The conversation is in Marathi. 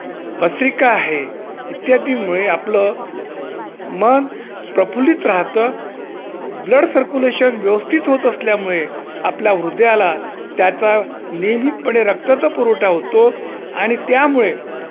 भस्रिका आहे इत्यादींमुळे आपलं मन प्रफुल्लित राहतं ब्लड सर्क्युलेशन व्यवस्थित होत असल्यामुळे आपल्या हृदयाला त्याचा नियमितपणे रक्ताचा पुरवठा होतो आणि त्यामुळे